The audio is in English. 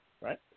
right